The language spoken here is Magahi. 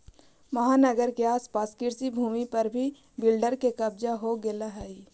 महानगर के आस पास कृषिभूमि पर भी बिल्डर के कब्जा हो गेलऽ हई